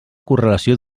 correlació